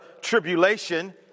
tribulation